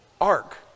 ark